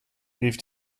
rief